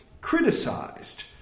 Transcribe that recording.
criticized